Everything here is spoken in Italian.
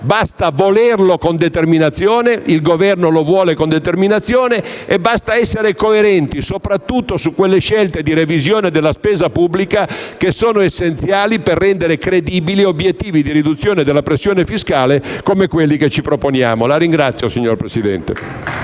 Basta volerlo con determinazione - e il Governo lo vuole con determinazione - ed essere coerenti, soprattutto sulle scelte di revisione della spesa pubblica che sono essenziali per rendere credibili obiettivi di riduzione della pressione fiscale come quelli che ci proponiamo. *(Applausi dal